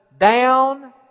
down